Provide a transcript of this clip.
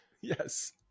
Yes